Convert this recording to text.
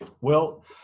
Well-